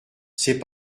c’est